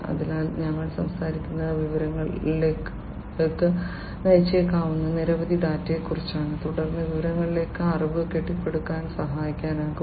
അതിനാൽ ഞങ്ങൾ സംസാരിക്കുന്നത് വിവരങ്ങളിലേക്ക് നയിച്ചേക്കാവുന്ന നിരവധി ഡാറ്റയെക്കുറിച്ചാണ് തുടർന്ന് വിവരങ്ങൾക്ക് അറിവ് കെട്ടിപ്പടുക്കാൻ സഹായിക്കാനാകും